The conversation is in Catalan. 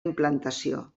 implantació